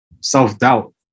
self-doubt